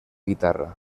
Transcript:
guitarra